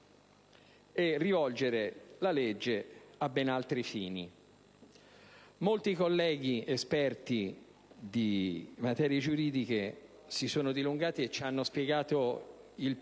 e rivolgere la legge a ben altri fini. Molti colleghi esperti di materie giuridiche si sono dilungati e ci hanno spiegato il come e il